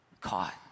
caught